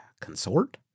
consort